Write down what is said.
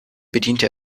bediente